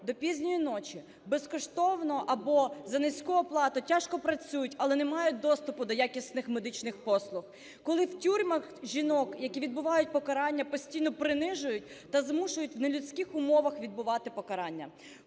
до пізньої ночі безкоштовно або за низьку оплату тяжко працюють, але не мають доступу до якісних медичних послуг; коли в тюрмах жінок, які відбувають покарання, постійно принижують та змушують в нелюдських умовах відбувати покарання,